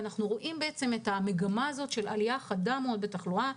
אנחנו רואים מגמה של עלייה חדה מאוד בתחלואה,